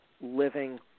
living